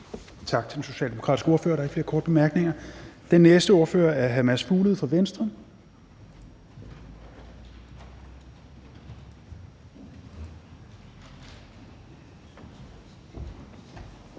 Tak til den socialdemokratiske ordfører. Der er ikke flere korte bemærkninger. Den næste ordfører er hr. Mads Fuglede fra Venstre.